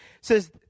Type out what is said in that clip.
says